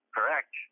Correct